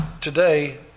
today